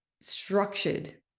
structured